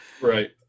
Right